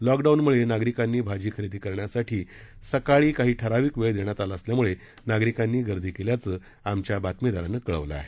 lockdown मूळे नागरिकांना भाजी खरेदी करण्यासाठी सकाळी काही ठराविक वेळ देण्यात आला असल्यामुळे नागरिकांनी गर्दी केल्याचं वार्ताहरानं कळवलं आहे